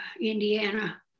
Indiana